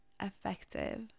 effective